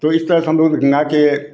तो इस तरह से हम लोग गंगा के